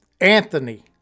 Anthony